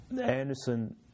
Anderson